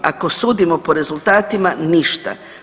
Ako sudimo po rezultatima, ništa.